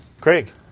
Craig